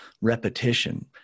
repetition